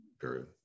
period